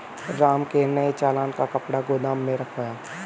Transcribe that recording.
राम ने नए चालान का कपड़ा गोदाम में रखवाया